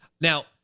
Now